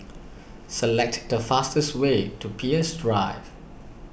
select the fastest way to Peirce Drive